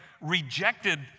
rejected